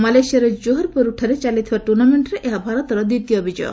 ମାଲେସିଆର Johor ବରୁଠାରେ ଚାଲିଥିବା ଟୁର୍ଷ୍ଣାମେଣ୍ଟରେ ଏହା ଭାରତର ଦ୍ୱିତୀୟ ବିଜୟ